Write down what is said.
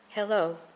Hello